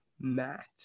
Matt